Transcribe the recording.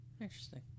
interesting